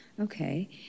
Okay